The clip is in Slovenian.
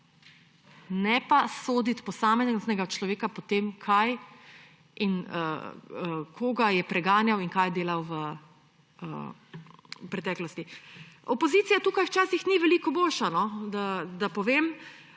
ne pa soditi posameznega človeka po tem, kaj in koga je preganjal in kaj je delal v preteklosti. Opozicija tukaj včasih ni veliko boljša, da povem.